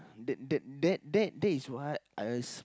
that that that is what I always